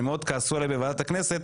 שמאוד כעסו עלי בוועדת הכנסת,